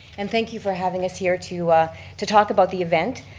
and thank you for having us here to ah to talk about the event.